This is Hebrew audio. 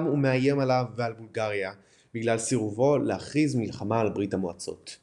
ומאיים עליו ועל בולגריה בגלל סירובו להכריז מלחמה על ברית המועצות.